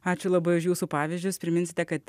ačiū labai už jūsų pavyzdžius priminsite kad